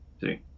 see